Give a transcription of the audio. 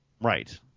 Right